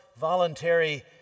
voluntary